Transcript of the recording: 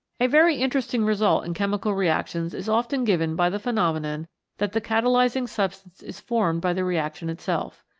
a very interesting result in chemical reactions is often given by the phenomenon that the cata lysing substance is formed by the reaction itself.